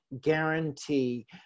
guarantee